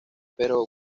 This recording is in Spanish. pero